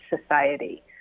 society